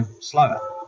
slower